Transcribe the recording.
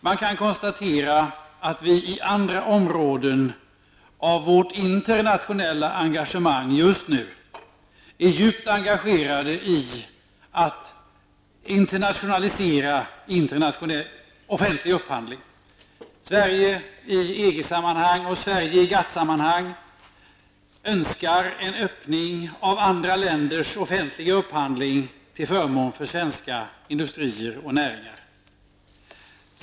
Man kan konstatera att vi i Sverige på andra områden i vårt internationella engagemang just nu är djupt engagerade i att internationalisera offentlig upphandling. Sverige önskar i EG sammanhang och i GATT-sammanhang en öppning inom andra länders offentliga upphandling till förmån för svenska industrier och näringar.